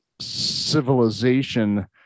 civilization